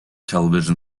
television